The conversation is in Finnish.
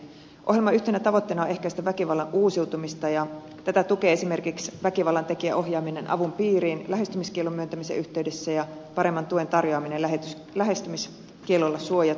ohjelman yhtenä tavoitteena on ehkäistä väkivallan uusiutumista ja tätä tukee esimerkiksi väkivallan tekijän ohjaaminen avun piiriin lähestymiskiellon myöntämisen yhteydessä ja paremman tuen tarjoaminen lähestymiskiellolla suojatulle